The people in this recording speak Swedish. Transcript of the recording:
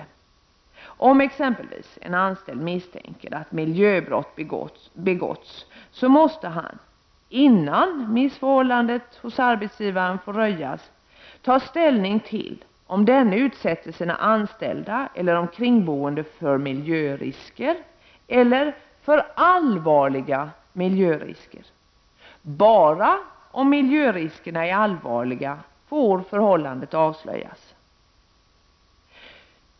Om t.ex. en anställd misstänker att miljöbrott begåtts, måste han, innan missförhållandet hos arbetsgivaren får röjas, ta ställning till om denne utsätter sina anställda eller de kringboende för miljörisker eller för allvarliga miljörisker. Förhållandet får avslöjas enbart om miljöriskerna är allvarliga.